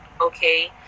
okay